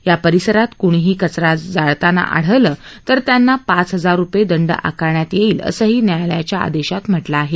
या परिसरात कृणीही कचरा जळताना आढळलं तर त्यांना पाच हजार रुपये दंड आकारण्यात येईल असंही न्यायालयाच्या आदेशात म्ह लं आहे